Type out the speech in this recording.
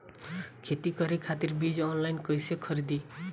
खेती करे खातिर बीज ऑनलाइन कइसे खरीदी?